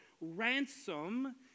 ransom